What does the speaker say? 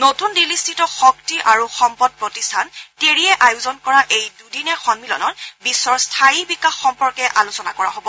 নতুন দিল্লীস্থিত শক্তি আৰু সম্পদ প্ৰতিষ্ঠান টেৰীয়ে আয়োজন কৰা এই দুদিনীয়া সম্মিলনত বিশ্বৰ স্থায়ী বিকাশ সম্পৰ্কে আলোচনা কৰা হব